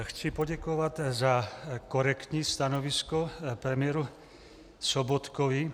Chci poděkovat za korektní stanovisko premiéru Sobotkovi.